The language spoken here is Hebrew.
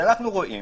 אנו רואים